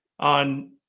On